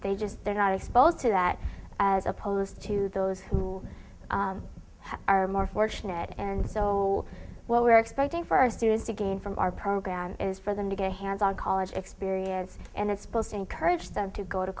they just they're not exposed to that as opposed to those who are more fortunate and so what we're expecting for our students to gain from our program is for the new guy has our college experience and it's supposed to encourage them to go to